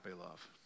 love